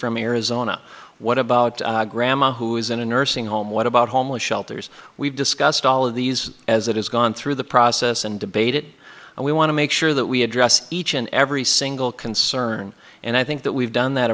from arizona what about grandma who is in a nursing home what about homeless shelters we've discussed all of these as it has gone through the process and debate it and we want to make sure that we address each and every single concern and i think that we've done that